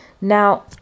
Now